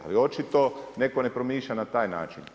Ali očito neko ne promišlja na taj način.